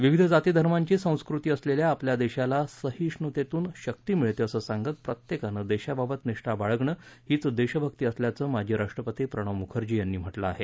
विविध जाती धर्मांची संस्कृती असलेल्या आपल्या देशाला सहिष्णुतेतून शक्ती मिळते असं सांगत प्रत्येकानं देशाबाबत निष्ठा बाळगणं हीच देशभक्ती असल्याचं माजी राष्ट्रपती प्रणव मुखर्जी यांनी म्हटलं आहे